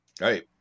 right